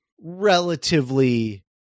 relatively